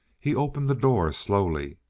he opened the door slowly.